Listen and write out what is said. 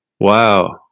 Wow